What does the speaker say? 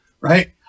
Right